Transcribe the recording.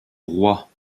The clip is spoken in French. roi